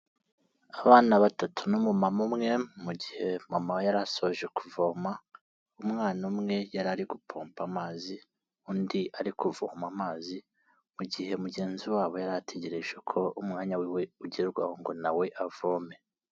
Abana batatu n'umumama umwe, mu gihe mama we yari asoje kuvoma, umwana umwe yari ari gupomba amazi, undi ari kuvoma amazi, mu gihe mugenzi wabo yari ategereje ko umwanya we ugerwaho ngo na we avome.